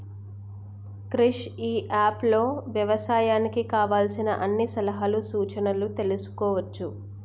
క్రిష్ ఇ app లో వ్యవసాయానికి కావలసిన అన్ని సలహాలు సూచనలు తెల్సుకోవచ్చు